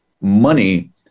money